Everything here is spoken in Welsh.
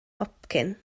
hopcyn